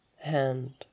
hand